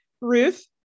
Ruth